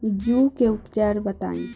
जूं के उपचार बताई?